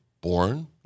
born